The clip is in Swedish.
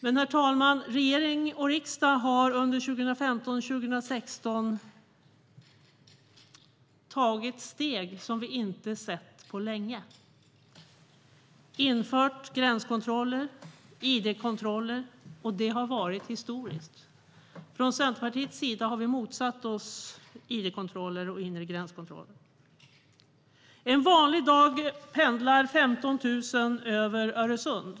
Herr talman! Regering och riksdag har under 2015-2016 tagit steg som vi inte har sett på länge. Man har infört gränskontroller och id-kontroller, och det har varit ett historiskt beslut. Vi från Centerpartiet har motsatt oss id-kontroller och inre gränskontroller. En vanlig dag pendlar 15 000 personer över Öresund.